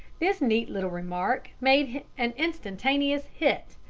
this neat little remark made an instantaneous hit,